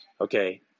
okay